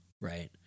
Right